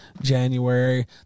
January